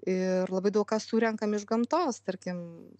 ir labai daug ką surenkam iš gamtos tarkim